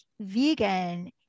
vegan